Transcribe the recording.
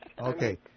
Okay